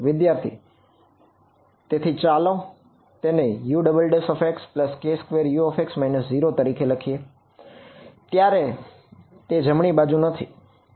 વિદ્યાર્થી તેથી ચાલી તેને Uxk2Ux 0 તરીકે લખીએ અત્યારે તે જમણી બાજુ નથી બરાબર